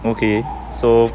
okay so